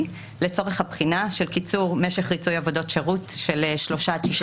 לצורך הבחינה של קיצור משך ריצוי עבודות שירות של שלושה עד תשעה